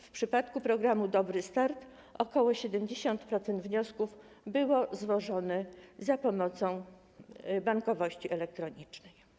W przypadku programu „Dobry start” ok. 70% wniosków było złożonych za pomocą bankowości elektronicznej.